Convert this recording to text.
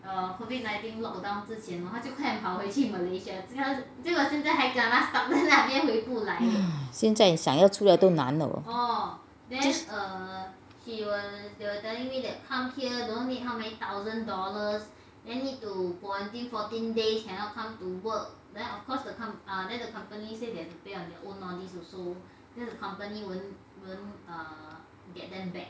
现在想要出来都难哦